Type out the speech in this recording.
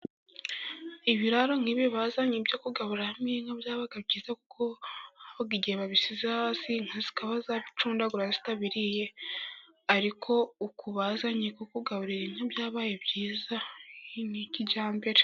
Ibiraro nk'ibi bazanye ibyo kugaburiramo inka byabaga byiza kuko habaga igihe babisize hasika zikaba zabicundagura zitabiriye, ariko uku bazanye kugaburira inka byabaye byiza ni kijyambere.